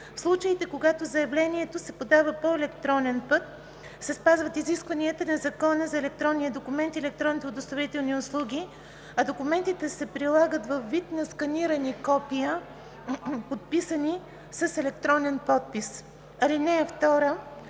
В случаите, когато заявлението се подава по електронен път, се спазват изискванията на Закона за електронния документ и електронните удостоверителни услуги, а документите се прилагат във вид на сканирани копия, подписани с електронен подпис. (2)